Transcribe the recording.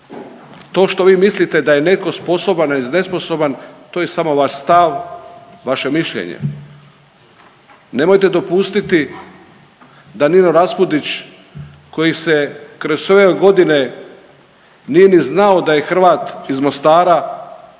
To što vi mislite da je netko sposoban i nesposoban, to je samo vaš stav, vaše mišljenje. Nemojte dopustiti da Nino Raspudić koji se kroz ove godine nije ni znao da je Hrvat iz Mostara